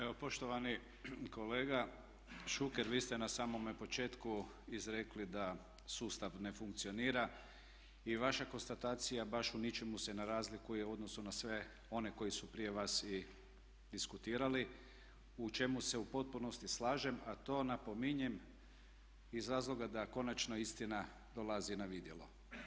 Evo poštovani kolega Šuker vi ste na samome početku izrekli da sustav ne funkcionira i vaša konstatacija baš u ničemu se ne razlikuje u odnosu na sve one koji su prije vas diskutirali u čemu se u potpunosti slažem a to napominjem iz razloga da konačno istina dolazi na vidjelo.